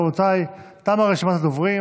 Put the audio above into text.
רבותיי, תמה רשימת הדוברים.